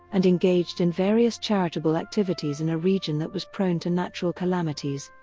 and engaged in various charitable activities in a region that was prone to natural calamities.